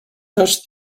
touch